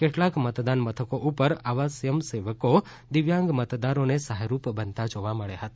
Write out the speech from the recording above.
કેટલાક મતદાન મથકો ઉપર આવા સ્વયં સેવકો દિવ્યાંગ મતદારોને સહાયરૂપ બનતા જોવા મળ્યા હતા